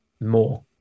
more